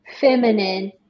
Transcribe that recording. feminine